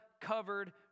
covered